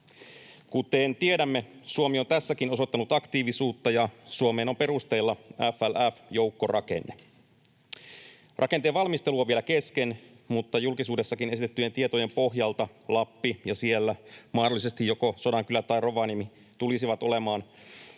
Kuten tiedämme, Suomi on tässäkin osoittanut aktiivisuutta ja Suomeen on perusteilla FLF-joukkorakenne. Rakenteen valmistelu on vielä kesken, mutta julkisuudessakin esitettyjen tietojen pohjalta Lappi ja siellä mahdollisesti joko Sodankylä tai Rovaniemi tulisivat olemaan